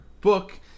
book